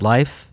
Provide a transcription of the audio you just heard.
Life